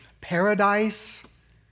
paradise